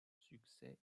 succès